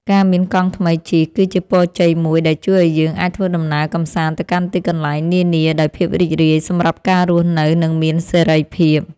ការមានកង់ថ្មីជិះគឺជាពរជ័យមួយដែលជួយឱ្យយើងអាចធ្វើដំណើរកម្សាន្តទៅកាន់ទីកន្លែងនានាដោយភាពរីករាយសម្រាប់ការរស់នៅនិងមានសេរីភាព។